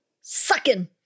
sucking